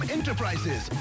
Enterprises